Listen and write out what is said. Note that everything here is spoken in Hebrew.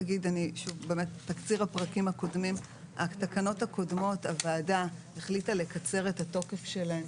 בתקנות הקודמות הוועדה החליטה לקצר את התוקף שלהן